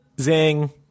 Zing